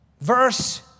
Verse